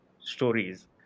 stories